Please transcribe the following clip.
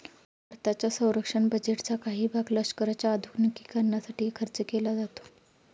भारताच्या संरक्षण बजेटचा काही भाग लष्कराच्या आधुनिकीकरणासाठी खर्च केला जातो